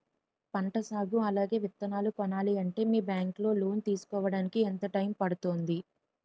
పంట సాగు అలాగే విత్తనాలు కొనాలి అంటే మీ బ్యాంక్ లో లోన్ తీసుకోడానికి ఎంత టైం పడుతుంది?